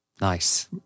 Nice